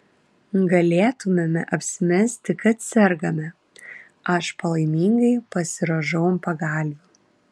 galėtumėme apsimesti kad sergame aš palaimingai pasirąžau ant pagalvių